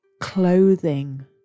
Clothing